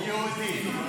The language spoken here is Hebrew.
יהודיים.